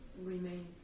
remain